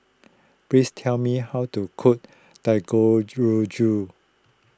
please tell me how to cook